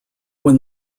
when